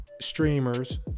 streamers